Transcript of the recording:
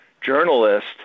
journalist